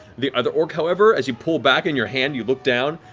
the other orc, however, as you pull back in your hand you look down,